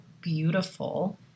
beautiful